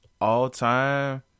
All-time